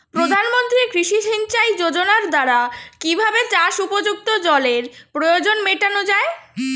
প্রধানমন্ত্রী কৃষি সিঞ্চাই যোজনার দ্বারা কিভাবে চাষ উপযুক্ত জলের প্রয়োজন মেটানো য়ায়?